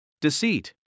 deceit